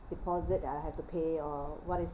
deposit that I have to pay or what is